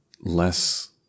less